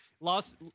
lost